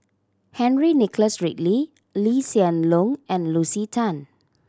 Henry Nicholas Ridley Lee Hsien Loong and Lucy Tan